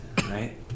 right